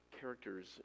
characters